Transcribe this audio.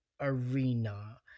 arena